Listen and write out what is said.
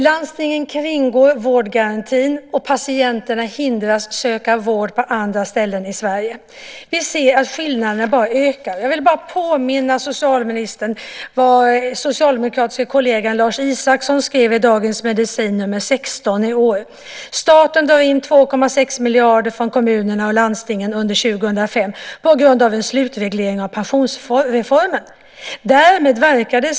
Landstingen kringgår vårdgarantin, och patienterna hindras söka vård på andra ställen i Sverige. Vi ser att skillnaderna ökar. Jag vill påminna socialministern vad socialdemokratiske kollegan Lars Isaksson skrev i Dagens Medicin nr 16 i år. "Staten drar in 2,6 miljarder kronor från kommuner och landsting under 2005, på grund av en slutreglering av pensionsreformen .- Därmed verkar ."